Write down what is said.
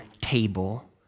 table